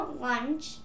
lunch